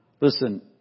Listen